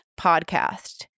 Podcast